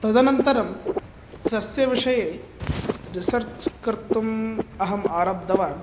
तदनन्तरं तस्य विषये रिसर्च् कर्तुम् अहम् आरब्धवान्